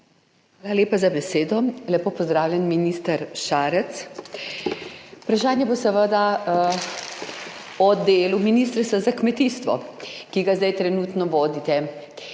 Hvala lepa za besedo. Lepo pozdravljeni, minister Šarec! Vprašanje bo seveda o delu ministrstva za kmetijstvo, ki ga zdaj trenutno vodite.